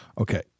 Okay